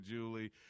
Julie